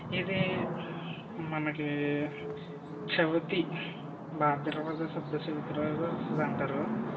ఇది మనకి చవితి భాద్రపద శుద్ధ చవితి రోజు వస్తుంది అంటారు